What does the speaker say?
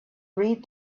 read